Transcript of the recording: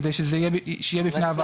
כדי שיהיה בפני הוועדה דיווחים.